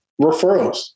referrals